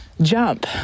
jump